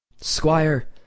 Squire